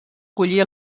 collir